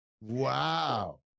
Wow